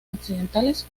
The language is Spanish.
occidentales